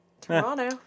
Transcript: Toronto